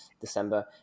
December